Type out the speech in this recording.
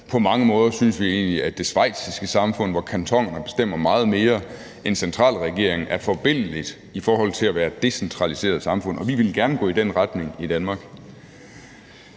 På mange måder synes vi egentlig, at det schweiziske samfund, hvor kantonerne bestemmer meget mere end centralregeringen, er forbilledligt i forhold til at være et decentraliseret samfund, og vi ville gerne gå i den retning i Danmark.